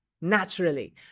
naturally